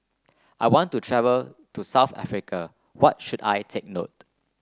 I want to travel to South Africa what should I take note